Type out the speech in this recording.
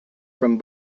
from